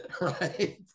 Right